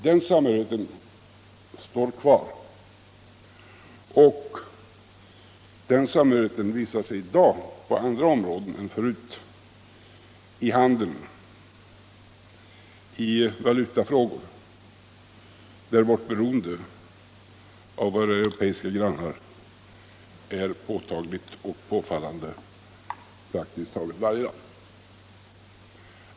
Denna samhörighet står kvar, och den visar sig i dag på andra områden än förut: i handeln och i valutafrågorna, där vårt beroende av våra eu Allmänpolitisk debatt Allmänpolitisk debatt ropeiska grannar är påtagligt och påfallande praktiskt taget varje dag.